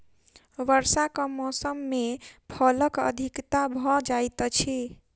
वर्षाक मौसम मे फलक अधिकता भ जाइत अछि